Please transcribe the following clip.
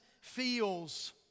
feels